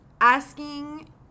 asking